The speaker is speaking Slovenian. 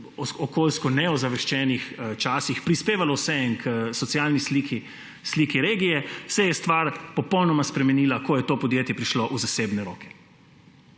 okoljsko neozaveščenih časih vseeno k socialni sliki regije, se je stvar popolnoma spremenila, ko je to podjetje prišlo v zasebne roke.